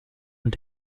und